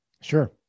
Sure